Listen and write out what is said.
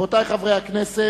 22 בעד,